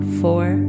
four